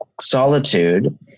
solitude